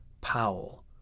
Powell